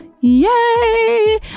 yay